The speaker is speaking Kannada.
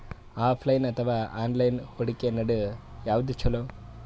ಆಫಲೈನ ಅಥವಾ ಆನ್ಲೈನ್ ಹೂಡಿಕೆ ನಡು ಯವಾದ ಛೊಲೊ?